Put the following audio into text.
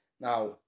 Now